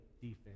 defense